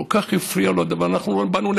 כל כך הפריע לו הדבר.